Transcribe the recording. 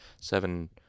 seven